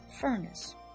furnace